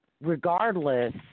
regardless